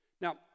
Now